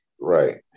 Right